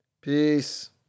Peace